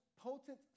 potent